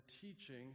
teaching